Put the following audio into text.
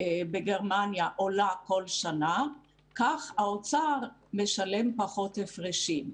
בגרמניה עולה בכל שנה כך האוצר משלם פחות הפרשים.